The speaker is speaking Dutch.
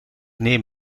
neem